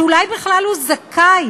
שאולי בכלל הוא זכאי,